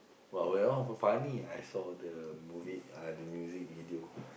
well we all have a funny I saw the movie uh the music video